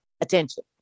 attention